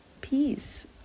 Peace